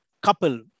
couple